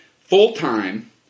full-time